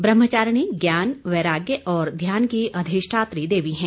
ब्रह्मचारिणी ज्ञान वैराग्य और ध्यान की अधिष्ठात्री देवी हैं